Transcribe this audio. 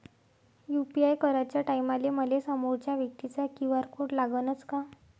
UPI कराच्या टायमाले मले समोरच्या व्यक्तीचा क्यू.आर कोड लागनच का?